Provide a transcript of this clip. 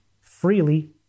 freely